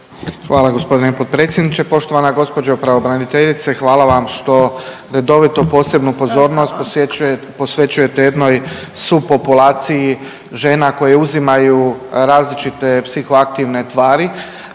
Hvala gospodine potpredsjedniče. Poštovana gospođo pravobraniteljice, hvala vam što redovito posebnu pozornost posvećujete jednoj sub populaciji žena koje uzimaju različite psihoaktivne tvari.